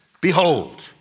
behold